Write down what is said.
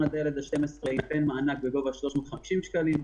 עד הילד ה-12 יינתן מענק בגובה 350 שקלים,